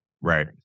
Right